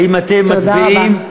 האם אתם מצביעים,